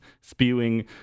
spewing